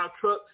trucks